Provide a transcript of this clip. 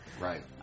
Right